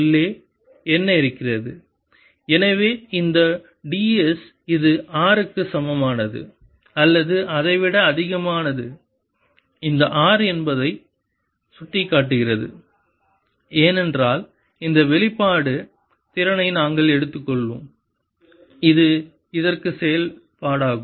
உள்ளே என்ன இருக்கிறது எனவே இந்த ds இது R க்கு சமமானது அல்லது அதைவிட அதிகமானது இந்த r என்பதை சுட்டிக்காட்டுகிறது ஏனென்றால் இந்த வெளிப்பாடு திறனை நாங்கள் எடுத்துள்ளோம் இது இதற்கு செல்லுபடியாகும்